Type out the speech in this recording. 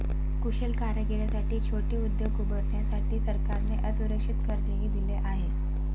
कुशल कारागिरांसाठी छोटे उद्योग उभारण्यासाठी सरकारने असुरक्षित कर्जही दिले आहे